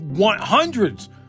hundreds